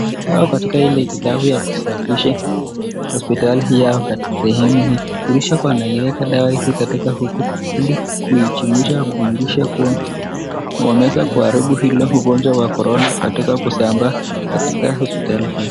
Wako katika ile hitilafu ya kusafisha hospitali hii au sehemu hii, dirisha kua wanaiweka dawa hii katika huku ilikuchunguza kuidhirisha kua wameweza kuharibu hilo ugonjwa wa korona katika kusambaa katika hospitali hii.